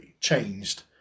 Changed